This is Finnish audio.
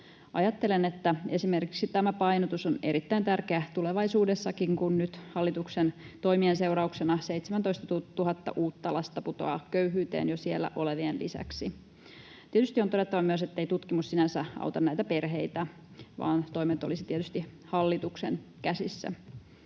Ajattelen, että esimerkiksi tämä painotus on erittäin tärkeä tulevaisuudessakin, kun nyt hallituksen toimien seurauksena 17 000 uutta lasta putoaa köyhyyteen jo siellä olevien lisäksi. Tietysti on todettava myös, ettei tutkimus sinänsä auta näitä perheitä, vaan toimet olisivat tietysti hallituksen käsissä.